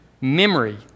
memory